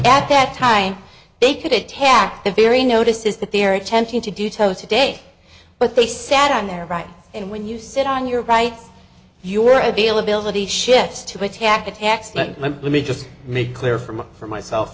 at that time they could attack the very notices that they're attempting to do toto day but they sat on their rights and when you sit on your rights your availability shifts to attack attacks let me just make clear from for myself